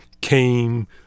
came